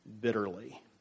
bitterly